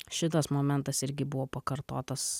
šitas momentas irgi buvo pakartotas